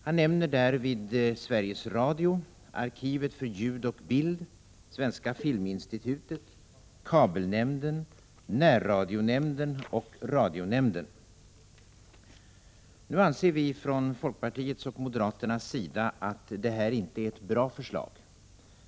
Han nämner därvid Sveriges Radio, arkivet för ljud och bild, Svenska Filminstitutet, kabelnämnden, närradionämnden och radionämnden. Nu anser vi från folkpartiets och moderaternas sida att detta inte är ett bra förslag.